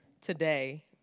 today